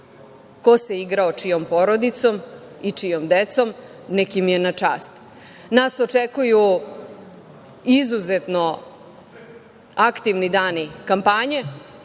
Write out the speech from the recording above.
ko se igrao čijom porodicom i čijom decom, neka im je na čast. Nas očekuju izuzetno aktivni dani kampanje.